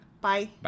Bye